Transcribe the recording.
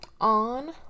on